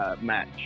match